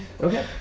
Okay